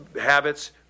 Habits